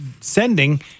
sending